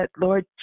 Lord